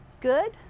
Good